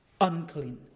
unclean